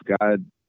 God